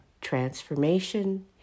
transformation